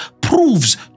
proves